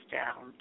down